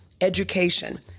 education